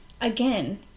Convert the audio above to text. Again